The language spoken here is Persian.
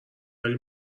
ولی